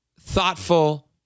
thoughtful